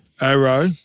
Arrow